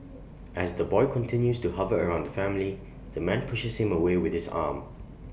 as the boy continues to hover around the family the man pushes him away with his arm